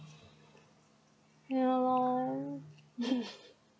ya lor